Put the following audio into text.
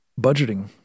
budgeting